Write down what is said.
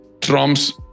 trumps